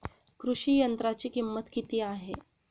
कृषी यंत्राची किंमत किती आहे?